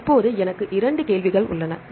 இப்போது எனக்கு இரண்டு கேள்விகள் உள்ளன